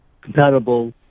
compatible